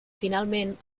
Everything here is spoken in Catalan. finalment